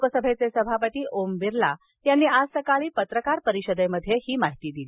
लोकसभेचे सभापती ओम बिर्ला यांनी आज सकाळी पत्रकार परिषदेत ही माहिती दिली